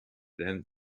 then